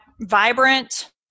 vibrant